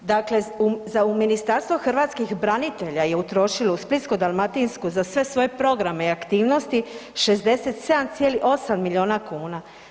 Dakle, za u Ministarstvo hrvatskih branitelja je utrošilo u Splitsko-dalmatinskoj za sve svoje programe i aktivnosti 67,8 miliona kuna.